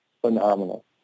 phenomenal